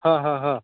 ହଁ ହଁ ହଁ